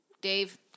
Dave